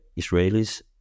Israelis